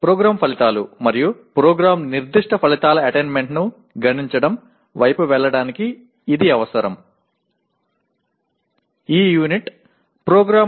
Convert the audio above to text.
நிரல் விளைவுகள் மற்றும் நிரல் குறிப்பிட்ட விளைவுகளை அடைவதைக் கணக்கிடுவதற்கு இதுவே முன்நிபந்தனை